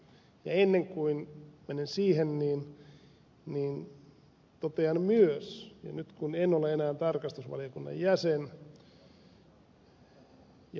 ennen kuin menen siihen niin totean myös ja nyt kun en ole enää tarkastusvaliokunnan jäsen ja kun ed